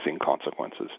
consequences